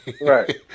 Right